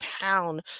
pound